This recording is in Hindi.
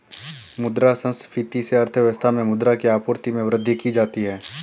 मुद्रा संस्फिति से अर्थव्यवस्था में मुद्रा की आपूर्ति में वृद्धि की जाती है